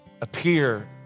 appear